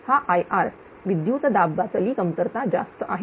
हा Ir विद्युत दाबली कमतरता जास्त आहे